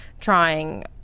trying